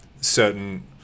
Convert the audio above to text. certain